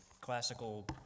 classical